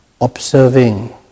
observing